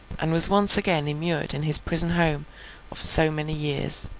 and was once again immured in his prison-home of so many years.